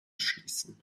schließen